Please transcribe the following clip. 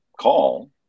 call